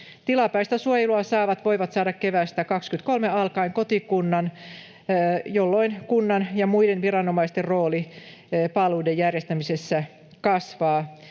Tilapäistä suojelua saavat voivat saada keväästä 23 alkaen kotikunnan, jolloin kunnan ja muiden viranomaisten rooli palveluiden järjestämisessä kasvaa,